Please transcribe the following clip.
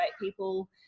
people